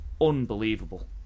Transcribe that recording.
unbelievable